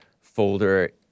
folder